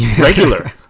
regular